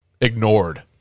ignored